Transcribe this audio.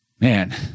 man